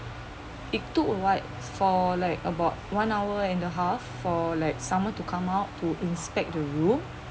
it took like for like about one hour and a half for like someone to come up to inspect the room